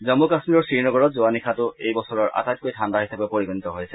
জম্মু কাশ্মীৰৰ শ্ৰীনগৰত যোৱা নিশাটো এই বছৰৰ আটাইতকৈ ঠাণ্ডা হিচাপে পৰিগণিত হৈছে